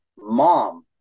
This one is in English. mom